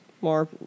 more